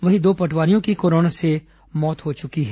वहीं दो पटवारियों की कोरोना से मौत हुई है